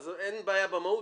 אז אין בעיה במהות.